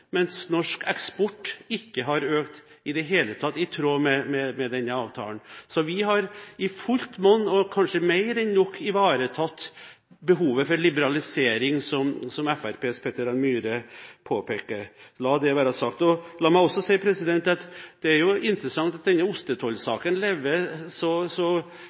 mens norsk eksport ikke har økt i det hele tatt – i tråd med denne avtalen. Så vi har i fullt monn og kanskje mer enn nok ivaretatt behovet for liberalisering, som Fremskrittspartiets Peter N. Myhre påpeker – la det være sagt. La meg også si at det er interessant at denne ostetollsaken lever så